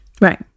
Right